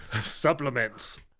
Supplements